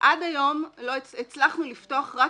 עד היום הצלחנו לפתוח רק